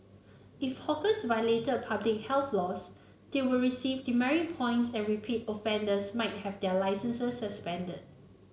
if hawkers violated public health laws they will receive demerit points and repeat offenders might have their licences suspended